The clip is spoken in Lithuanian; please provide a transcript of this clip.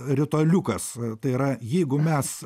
ritualiukas tai yra jeigu mes